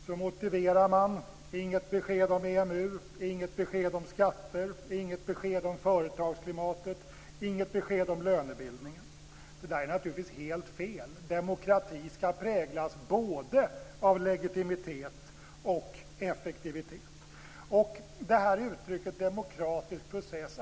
Så motiverar man: inget besked om EMU, inget besked om skatter, inget besked om företagsklimatet, inget besked om lönebildningen. Det är naturligtvis helt fel. Demokrati skall präglas både av legitimitet och effektivitet.